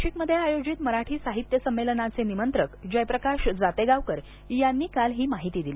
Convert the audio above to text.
नाशिकमध्ये आयोजित मराठी साहित्य संमेलनाचे निमंत्रक जयप्रकाश जातेगावकर यांनी काल ही माहिती दिली